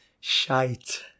shite